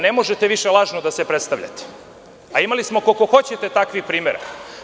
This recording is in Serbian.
Ne možete više lažno da se predstavljate, a imali smo koliko hoćete takvih primera.